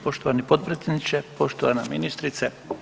Poštovani potpredsjedniče, poštovana ministrice.